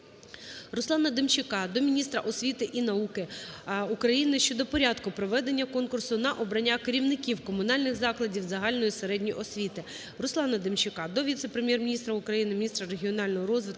РусланаДемчака до міністра освіти і науки України щодо порядку проведення конкурсу на обрання керівників комунальних закладів загальної середньої освіти. РусланаДемчака до віце-прем’єр-міністра України - міністра регіонального розвитку,